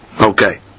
Okay